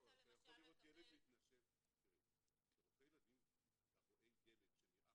אתה יכול לראות ילד מתנשם כרופא ילדים אתה רואה ילד שנראה